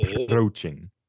approaching